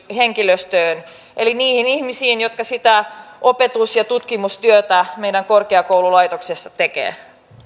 henkilöstöön eli niihin ihmisiin jotka sitä opetus ja tutkimustyötä meidän korkeakoululaitoksissamme tekevät